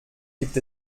gibt